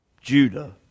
Judah